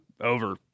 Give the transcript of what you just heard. over